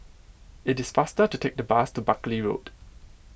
it is faster to take the bus to Buckley Road